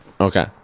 Okay